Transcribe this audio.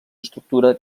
estructura